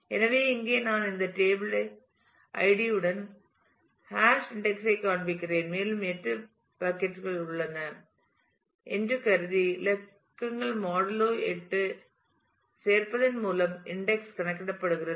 எனவே இங்கே நான் இந்த டேபிள் இன் ஐடியுடன் ஹாஷ் இன்டெக்ஸ் ஐ காண்பிக்கிறேன் மேலும் 8 பக்கட் கள் உள்ளன என்று கருதி இலக்கங்கள் மாடூலோ 8 ஐ சேர்ப்பதன் மூலம் இன்டெக்ஸ் கணக்கிடப்படுகிறது